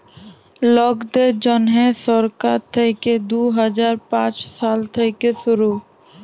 লকদের জ্যনহে সরকার থ্যাইকে দু হাজার পাঁচ সাল থ্যাইকে শুরু